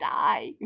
die